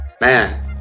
Man